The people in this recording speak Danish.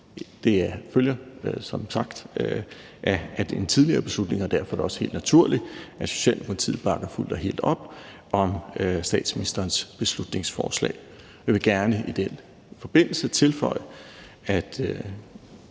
Det følger som sagt af en tidligere beslutning, og derfor er det også helt naturligt, at Socialdemokratiet bakker fuldt og helt op om statsministerens beslutningsforslag. Jeg vil gerne i den forbindelse tilføje, at